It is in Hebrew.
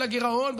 של הגירעון,